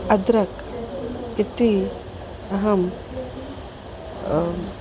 अद्रक् इति अहम्